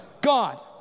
God